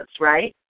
right